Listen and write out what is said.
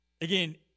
Again